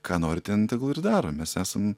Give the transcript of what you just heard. ką nori ten tegul ir daro mes esam